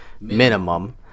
minimum